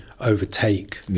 overtake